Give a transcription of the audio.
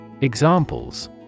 Examples